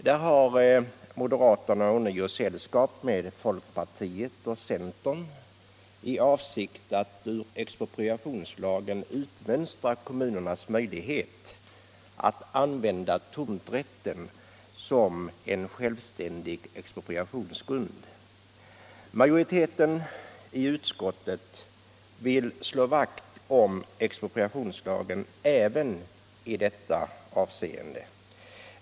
Där har moderaterna ånyo fått sällskap med folkpartiet och centern i avsikt att ur expropriationslagen utmönstra stadgandet om kommunernas möjlighet att använda tomträtten som en självständig expropriationsgrund. Majoriteten i utskottet vill slå vakt om expropriationslagen även i detta avseende.